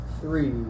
three